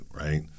right